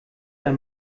der